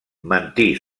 mentir